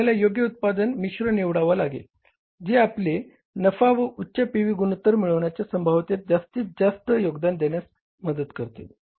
आपल्याला योग्य उत्पादन मिश्र निवडावा लागेल जे आपले नफा व उच्च पीव्ही गुणोत्तर मिळविण्याच्या संभाव्यतेत जास्तीत जास्त योगदान देण्यास मदत करतील